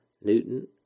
Newton